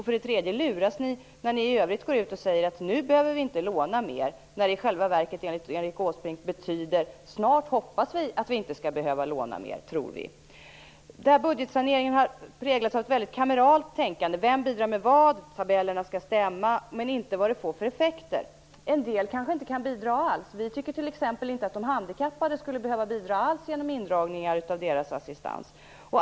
För det tredje luras ni när ni i övrigt går ut och säger att nu behöver ni inte låna mer. I själva verket betyder det enligt Åsbrink att ni hoppas att ni snart inte skall behöva låna mer - tror ni. Budgetsaneringen har präglats av ett kameralt tänkande, av frågor om vem som bidrar med vad, av att tabellerna skall stämma, men inte av vad det får för effekter. En del kanske inte kan bidra alls. Vi tycker t.ex. inte att de handikappade skulle behöva bidra alls genom indragningar av deras assistans.